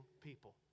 people